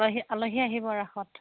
আলহী আলহী আহিব ৰাসত